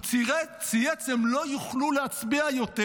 הוא צייץ: הם לא יוכלו להצביע יותר,